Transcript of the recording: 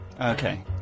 Okay